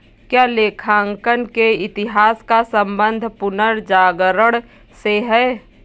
क्या लेखांकन के इतिहास का संबंध पुनर्जागरण से है?